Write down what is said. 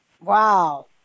Wow